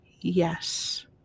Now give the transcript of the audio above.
yes